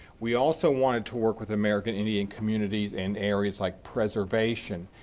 we also wanted to work with american indian communities in areas like preservation,